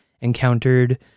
encountered